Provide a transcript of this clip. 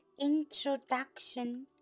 introduction